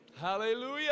Hallelujah